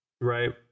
right